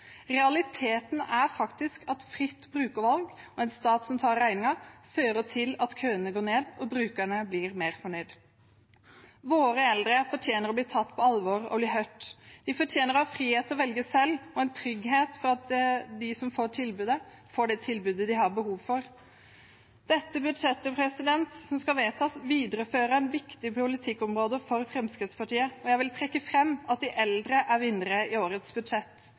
Realiteten er faktisk at fritt brukervalg og en stat som tar regningen, fører til at køene går ned og brukerne blir mer fornøyd. Våre eldre fortjener å bli tatt på alvor og bli hørt. De fortjener å ha frihet til å velge selv og en trygghet for at de som får et tilbud, får det tilbudet de har behov for. Det budsjettet som skal vedtas, viderefører et viktig politikkområde for Fremskrittspartiet, og jeg vil trekke fram at de eldre er vinnere i årets budsjett.